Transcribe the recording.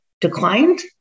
declined